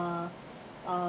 uh uh